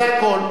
זה הכול.